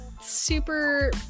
super